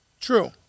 True